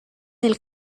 del